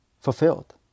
fulfilled